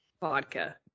vodka